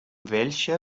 welche